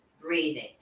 breathing